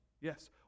Yes